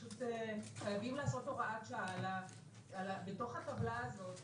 חייבים לעשות הוראת שעה בתוך הטבלה הזאת,